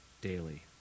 daily